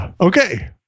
okay